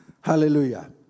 Hallelujah